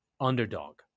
underdog